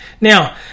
Now